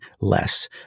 less